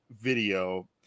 video